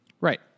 Right